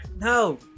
No